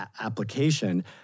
application